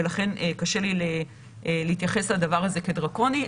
ולכן קשה לי להתייחס לדבר הזה כדרקוני,